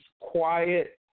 quiet